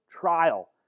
trial